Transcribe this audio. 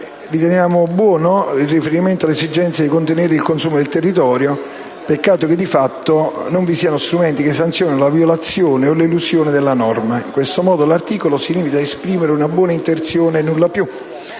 Riteniamo buono il riferimento all'esigenza di contenere il consumo del territorio; peccato che, di fatto, non vi siano strumenti che sanzionino la violazione o l'elusione della norma. In questo modo, l'articolo si limita ad esprimere una buona intenzione e nulla più.